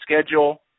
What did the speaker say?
schedule